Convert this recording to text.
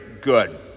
good